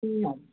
ए हजुर